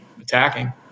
attacking